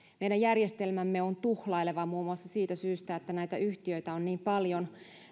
meidän järjestelmämme on tuhlaileva muun muassa siitä syystä että näitä yhtiöitä on niin paljon